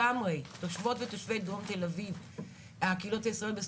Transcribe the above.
תושבות ותושבי הקהילות הישראליות בדרום תל אביב